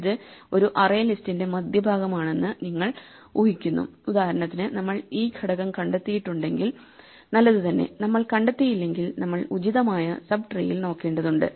ഇത് ഒരു അറേ ലിസ്റ്റിന്റെ മധ്യ ഭാഗമാണെന്ന് നിങ്ങൾ ഊഹിക്കുന്നു ഉദാഹരണത്തിന് നമ്മൾ ഈ ഘടകം കണ്ടെത്തിയിട്ടുണ്ടെങ്കിൽ നല്ലതു തന്നെ നമ്മൾ കണ്ടെത്തിയില്ലെങ്കിൽ നമ്മൾ ഉചിതമായ സബ് ട്രീയിൽ നോക്കേണ്ടതുണ്ട്